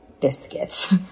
biscuits